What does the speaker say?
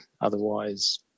Otherwise